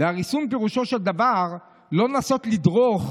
הריסון פירושו של דבר לא לנסות לדרוך